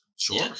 Sure